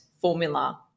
formula